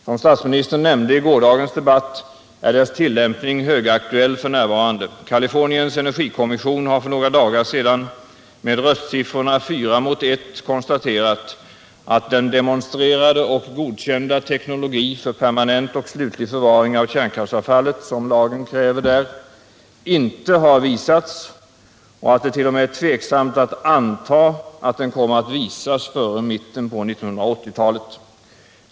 Som statsministern nämnde i gårdagens debatt är dess tillämpning högaktuell f.n. Californiens energikommission har för några dagar sedan med röstsiffrorna 4 mot 1 konstaterat att den demonstrerade och godkända teknologi för permanent och slutlig förvaring av kärnkraftsavfallet som lagen kräver inte har visats och att det t.o.m. är tveksamt om man kan anta att den kommer att visas före mitten på 1980-talet.